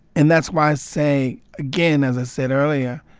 and that's why i say, again, as i said earlier,